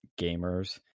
gamers